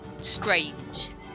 strange